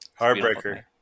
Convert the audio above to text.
Heartbreaker